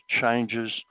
changes